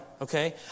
Okay